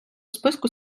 списку